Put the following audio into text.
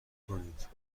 کنید